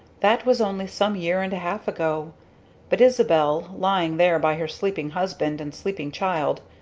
that was only some year and a-half ago but isabel, lying there by her sleeping husband and sleeping child,